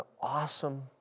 awesome